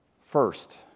first